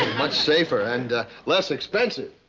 much safer and less expensive.